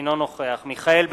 אינו נוכח מיכאל בן-ארי,